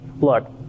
look